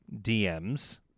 DMs